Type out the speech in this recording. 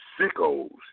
sickos